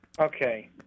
Okay